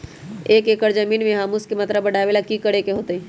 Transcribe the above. एक एकड़ जमीन में ह्यूमस के मात्रा बढ़ावे ला की करे के होतई?